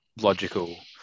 logical